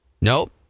Nope